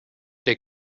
der